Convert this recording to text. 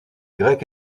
grecs